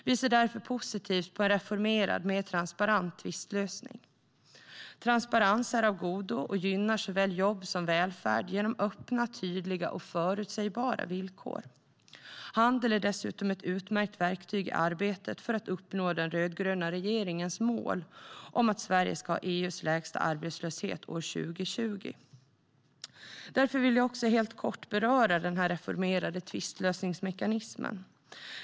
Vi ser därför positivt på en reformerad och mer transparent tvistlösning. Transparens är av godo och gynnar såväl jobb som välfärd genom öppna, tydliga och förutsägbara villkor. Handel är dessutom ett utmärkt verktyg i arbetet för att uppnå den rödgröna regeringens mål om att Sverige ska ha EU:s lägsta arbetslöshet år 2020. Därför vill jag också kortfattat beröra den reformerade tvistlösningsmekanismen.